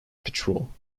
patrol